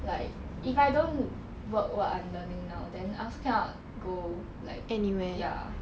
like if I don't work what I'm learning now then I also cannot go like ya